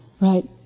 right